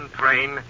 train